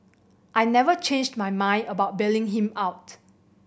I never changed my mind about bailing him out